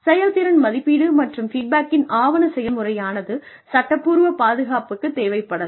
செயல்திறன் மதிப்பீடு மற்றும் ஃபீட்பேக்கின் ஆவண செயல்முறையானது சட்டப்பூர்வ பாதுகாப்புக்குத் தேவைப்படலாம்